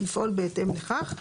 לפעול בהתאם לכך.